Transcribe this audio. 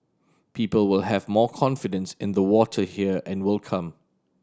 people will have more confidence in the water here and will come